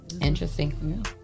interesting